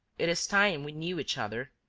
it is time we knew each other.